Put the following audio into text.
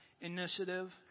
initiative